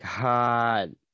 God